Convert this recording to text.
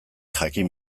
jakin